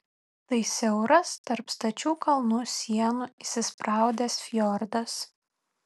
tai siauras tarp stačių kalnų sienų įsispraudęs fjordas